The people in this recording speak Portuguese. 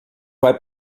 vai